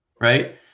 Right